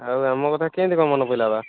ଆଉ ଆମ କଥା କେମିତି କ'ଣ ମନେ ପଇଲା ବା